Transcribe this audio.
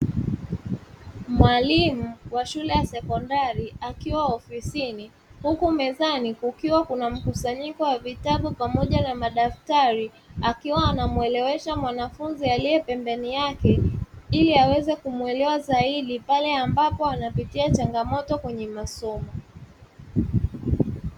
Mwalimu wa shule ya sekondari akiwa ofisini, huku mezani kukiwa kuna mkusanyiko wa vitabu pamoja na madaftari akiwa anamwelewesha mwanafunzi aliye pembeni yake, ili aweze kumwelewa zaidi pale ambapo anapitia changamoto kwenye masomo.